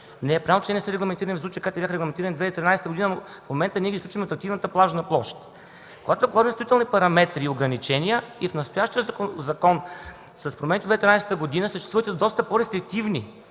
Не е правилно, че не са регламентирани в случая, както бяха регламентирани през 2013 г., но в момента ги изключваме от активната плажна площ. Когато се полагат действителни параметри и ограничения и в настоящия закон с промените от 2013 г. съществуват и доста по-рестриктивни